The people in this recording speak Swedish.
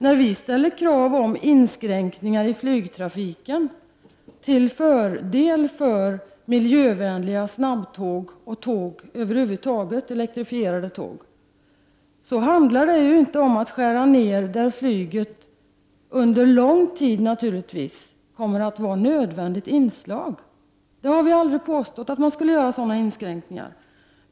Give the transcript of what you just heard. När vi ställer krav på inskränkningar i flygtrafiken till fördel för miljövänliga snabbtåg och elektrifierade tåg över huvud taget handlar det inte om att skära ned på flyget i de områden där det naturligtvis under lång tid kommer att vara ett nödvändigt inslag. Vi har aldrig påstått att man skulle göra sådana inskränkningar.